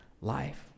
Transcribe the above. life